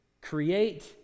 create